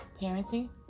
parenting